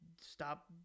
stop